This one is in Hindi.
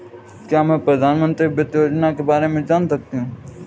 क्या मैं प्रधानमंत्री वित्त योजना के बारे में जान सकती हूँ?